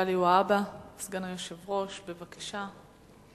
מגלי והבה, סגן היושב-ראש, בבקשה.